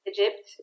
Egypt